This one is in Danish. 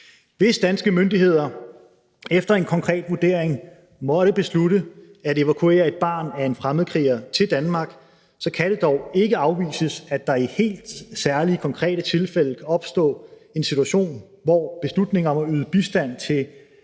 Hvis danske myndigheder efter en konkret vurdering måtte beslutte at evakuere et barn af en fremmedkriger til Danmark, kan det dog ikke afvises, at der i helt særlige, konkrete tilfælde kan opstå en situation, hvor beslutningen om at yde bistand til